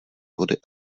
vody